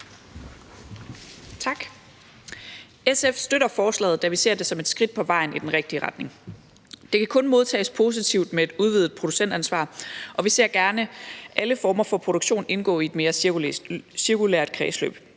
SF støtter forslaget, da vi ser det som et skridt på vejen i den rigtige retning. Det kan kun modtages positivt med et udvidet producentansvar, og vi ser gerne alle former for produktion indgå i et cirkulært kredsløb,